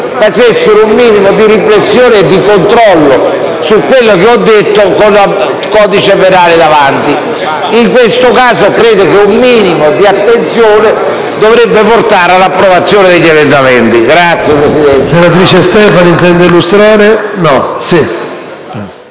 facessero un minimo di riflessione e di controllo su quello che ho detto, con il codice penale davanti. In questo caso, credo che un minimo di attenzione dovrebbe portare all'approvazione dei miei emendamenti. *(Applausi del